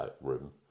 room